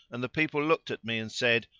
and the people looked at me and said,